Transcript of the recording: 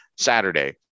Saturday